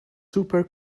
super